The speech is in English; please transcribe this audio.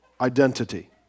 identity